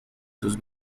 sus